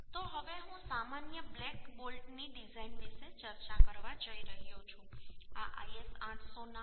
તો હવે હું સામાન્ય બ્લેક બોલ્ટની ડિઝાઇન વિશે ચર્ચા કરવા જઈ રહ્યો છું આ IS 800 ના ક્લોઝ 10